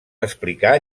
explicar